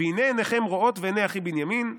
"והנה עיניכם ראות ועיני אחי בנימין",